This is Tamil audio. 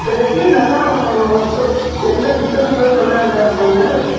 ரெட்மி நல்லாக ஓ ஒர்க்கு எந்த டிஸ்டபன்ஸ் இல்லாமல் நல்லா இதாகுங்களாங்க